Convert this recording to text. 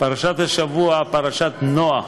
פרשת השבוע, פרשת נח.